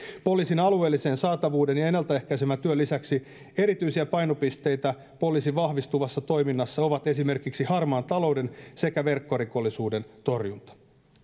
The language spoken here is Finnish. poliisin alueellisen saatavuuden ja ennalta ehkäisevän työn lisäksi erityisiä painopisteitä poliisin vahvistuvassa toiminnassa ovat esimerkiksi harmaan talouden sekä verkkorikollisuuden torjunta